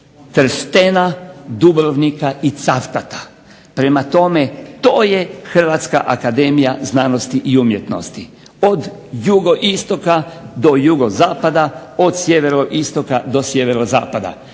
Trstena, Dubrovnika i Cavtata. Prema tome, to je Hrvatska akademija znanosti i umjetnosti od jugoistoka do jugozapada, od sjeveroistoka do sjeverozapada.